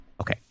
Okay